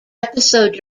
episode